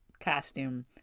costume